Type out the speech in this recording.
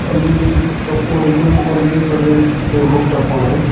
ତ ମୁଇଁ ସବ୍କୁ ରେକମେଣ୍ଡ କରୁଛେ କି ସଭି ସେ ବୁକ୍ଟା ପଢ଼୍ବେ